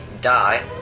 die